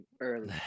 early